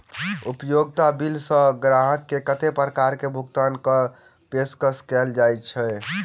उपयोगिता बिल सऽ ग्राहक केँ कत्ते प्रकार केँ भुगतान कऽ पेशकश कैल जाय छै?